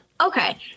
Okay